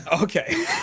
Okay